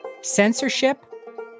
censorship